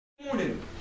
Morning